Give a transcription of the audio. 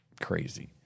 crazy